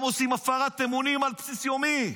הם עושים הפרת אמונים על בסיס יומי.